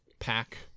pack